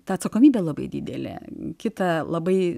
ta atsakomybė labai didelė kita labai